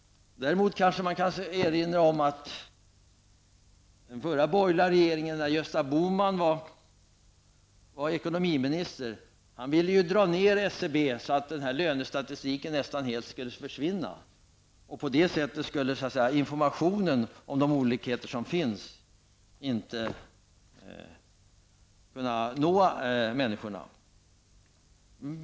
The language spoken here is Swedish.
Däremot kan man kanske erinra om att den borgerliga regeringen där Gösta Bohman var ekonomiminister ville dra ned SCB, så att lönestatistiken nästan skulle försvinna. På det sättet skulle informationen om de olikheter som finns inte kunna nå människorna.